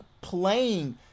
playing